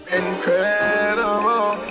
incredible